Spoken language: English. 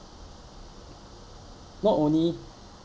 not only